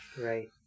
Right